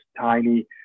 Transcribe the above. tiny